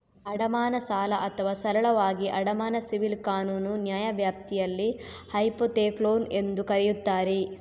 ಅಡಮಾನ ಸಾಲ ಅಥವಾ ಸರಳವಾಗಿ ಅಡಮಾನ ಸಿವಿಲ್ ಕಾನೂನು ನ್ಯಾಯವ್ಯಾಪ್ತಿಯಲ್ಲಿ ಹೈಪೋಥೆಕ್ಲೋನ್ ಎಂದೂ ಕರೆಯುತ್ತಾರೆ